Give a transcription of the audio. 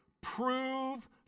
prove